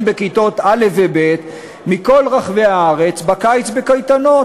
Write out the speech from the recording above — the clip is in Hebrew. בכיתות א' וב' מכל רחבי הארץ בקיץ בקייטנות,